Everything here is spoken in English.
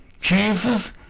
Jesus